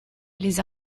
les